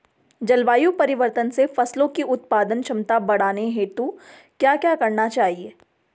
जलवायु परिवर्तन से फसलों की उत्पादन क्षमता बढ़ाने हेतु क्या क्या करना चाहिए?